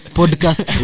podcast